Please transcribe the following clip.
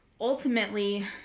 ultimately